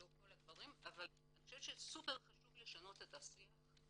לא כל הגברים אבל מאוד חשוב לשנות את השיח,